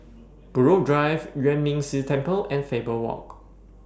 Buroh Drive Yuan Ming Si Temple and Faber Walk